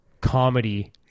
comedy